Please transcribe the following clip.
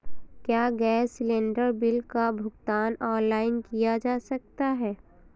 क्या gas cylinder bill का भुगतान ऑनलाइन किया जा सकता है?